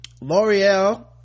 l'oreal